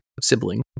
sibling